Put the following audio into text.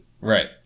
Right